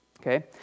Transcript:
Okay